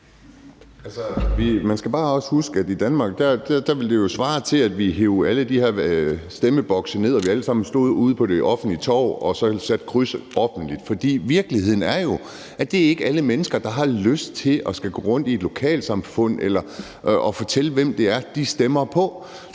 man skal bare også huske, at det jo i Danmark ville svare til, at vi hev alle de her stemmebokse ned og vi alle sammen stod ude på det offentlige torv og satte krydset offentligt. For virkeligheden er jo, at det ikke er alle mennesker, der har lyst til at skulle gå rundt i et lokalsamfund og fortælle, hvem det er, de stemmer på.